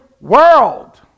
world